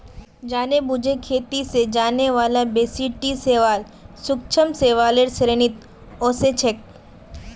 जानेबुझे खेती स जाने बाला बेसी टी शैवाल सूक्ष्म शैवालेर श्रेणीत ओसेक छेक